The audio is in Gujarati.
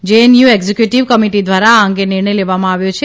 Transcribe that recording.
જેએનયુ એકઝીક્વુટીવ કમિટિ દ્વારા આ અંગે નિર્ણય લેવામાં આવ્યો છે